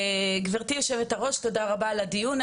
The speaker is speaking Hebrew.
גברתי היו"ר, תודה רבה על הדיון.